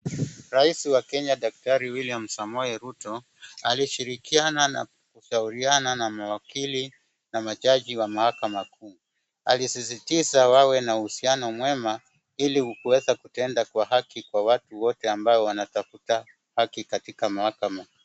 Rais wa Kenya daktari Wiliam Samoei Ruto alishirikiana na kushauriana na mawakili na majaji wa mahakama kuu. Alisisitiza wawe na uhusiano mwema ili kuweza kutenda kwa haki kwa watu wote ambao wanatafuta haki katika mahakama.